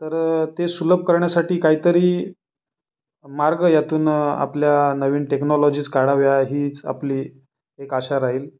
तर ते सुलभ करण्यासाठी काहीतरी मार्ग ह्यातून आपल्या नवीन टेक्नॉलॉजीज काढाव्या हीच आपली एक अशा राहील